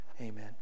Amen